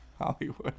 Hollywood